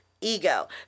ego